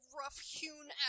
rough-hewn